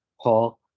Paul